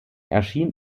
erschien